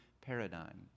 paradigm